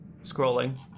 scrolling